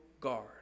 guard